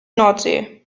nordsee